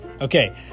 Okay